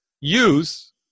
use